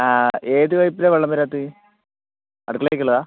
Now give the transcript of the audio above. ഏതു പൈപ്പിലാണ് വെള്ളം വരാത്തത് അടുക്കളയിലേക്കുള്ളതാണോ